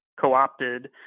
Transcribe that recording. co-opted